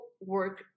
work